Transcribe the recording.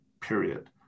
period